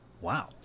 Wow